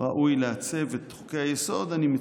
ראוי לעצב את חוקי-היסוד, ואני מצטט: